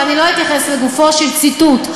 ולא אתייחס לגופו של ציטוט.